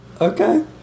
Okay